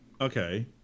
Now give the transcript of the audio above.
Okay